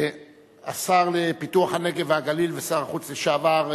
השר לפיתוח הנגב והגליל ושר החוץ לשעבר,